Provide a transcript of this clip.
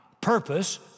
purpose